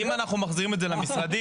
אם אנחנו מחזירים את זה למשרדים,